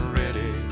ready